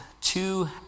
two